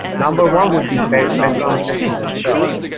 number one would be background checking themselves.